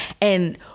and-